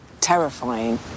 terrifying